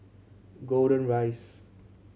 Golden Rise